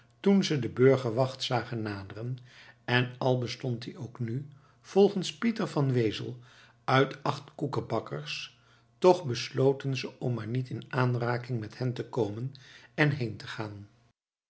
toen ze de burgerwacht zagen naderen en al bestond die ook nu volgens pieter van wezel uit acht koekbakkers toch besloten ze om maar niet in aanraking met hen te komen en heen te gaan